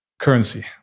currency